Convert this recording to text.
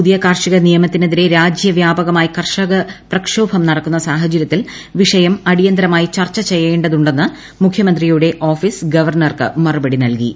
പുതിയ കാർഷിക നിയമത്തിനെതിരെ രാജ്യവ്യാപകമായി കർഷക പ്രക്ഷോഭം നടക്കുന്ന സാഹചര്യത്തിൽ വിഷയം അടിയന്തരമായി ചർച്ച ചെയ്യേണ്ടതു ണ്ടെന്നാണ് മുഖ്യമന്ത്രിയുടെ ഓഫീസ് ഗവർണർക്ക് മറുപടി നൽകിയത്